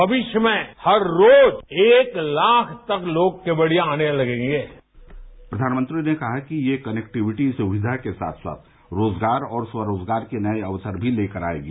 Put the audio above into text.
भविष्य में हर रोज एक लाख तक लोग केवड़िया आने लगेंगे प्रधानमंत्री ने कहा कि ये कनेक्टिविटी सुविधा के साथ साथ रोज़गार और स्वरोज़गार के नए अवसर भी लेकर आएगी